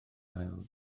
ail